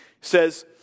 says